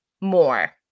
more